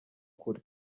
kure